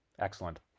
Excellent